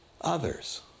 others